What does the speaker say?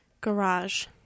Garage